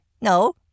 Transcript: no